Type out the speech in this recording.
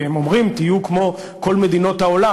כי הם אומרים: תהיו כמו כל מדינות העולם.